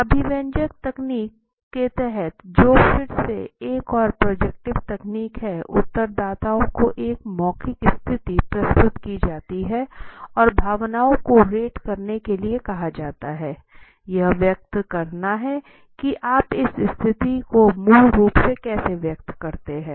अभिव्यंजक तकनीक के तहत जो फिर से एक और प्रोजेक्टिव तकनीक है उत्तरदाताओं को एक मौखिक स्थिति प्रस्तुत की जाती है और भावनाओं को रेट करने के लिए कहा जाता है यह व्यक्त करना है कि आप इस स्थिति को मूल रूप से कैसे व्यक्त करते हैं